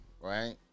right